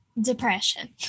Depression